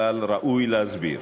אבל ראוי להסביר: